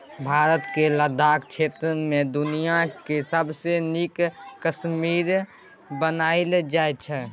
भारतक लद्दाख क्षेत्र मे दुनियाँक सबसँ नीक कश्मेरे बनाएल जाइ छै